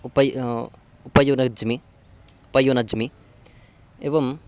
उपय् उपयोनज्जमि उपयुनज्मि एवं